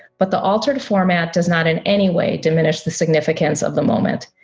but the altered format does not in any way diminish the significance of the moment,